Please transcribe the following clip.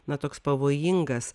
na toks pavojingas